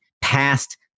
past